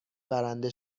برنده